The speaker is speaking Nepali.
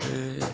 ए